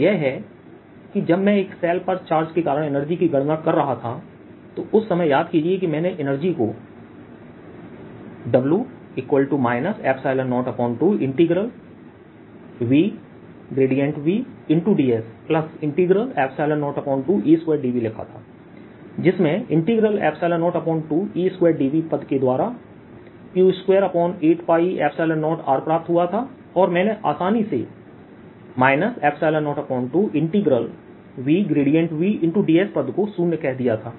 और यह है कि जब मैं एक शेल पर चार्ज के कारण एनर्जी की गणना कर रहा था तो उस समय याद कीजिए कि मैंने एनर्जी कोW 02VVdS02E2dVलिखा था जिसमें 02E2dVपद के द्वारा Q28π0Rप्राप्त हुआ थाऔर मैंने आसानी से 02VVdSपद को शून्य कह दिया था